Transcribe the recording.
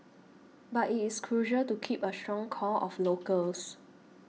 but it is crucial to keep a strong core of locals